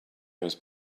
must